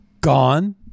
Gone